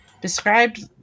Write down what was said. described